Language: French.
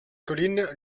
collines